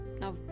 now